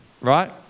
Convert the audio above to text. right